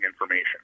information